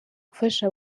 gufasha